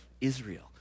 Israel